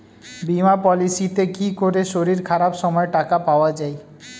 বীমা পলিসিতে কি করে শরীর খারাপ সময় টাকা পাওয়া যায়?